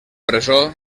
presó